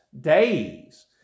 days